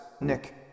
Nick